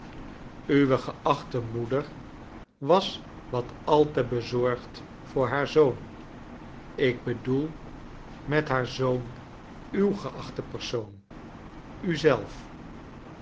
uwe geachte moeder was wat al te bezorgd voor haar zoon ik bedoel met haar zoon uw geachte persoon u zelf